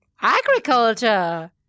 Agriculture